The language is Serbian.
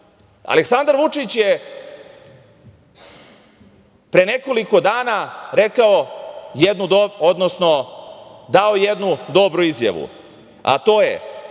Vučić. Aleksandar Vučić je pre nekoliko dana dao jednu dobru izjavnu, a to je